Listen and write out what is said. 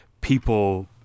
people